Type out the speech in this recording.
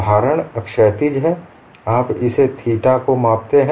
भारण क्षैतिज है आप इससे थीटा को मापते हैं